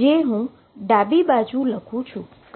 જે હું ડાબી બાજુ લખું છું